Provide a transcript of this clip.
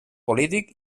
polític